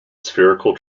spherical